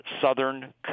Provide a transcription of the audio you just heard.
southern